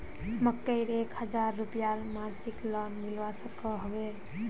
मकईर एक हजार रूपयार मासिक लोन मिलवा सकोहो होबे?